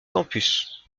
campus